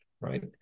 right